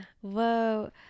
Whoa